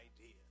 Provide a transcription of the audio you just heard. idea